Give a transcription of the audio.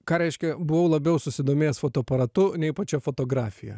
ką reiškia buvau labiau susidomėjęs fotoaparatu nei pačia fotografija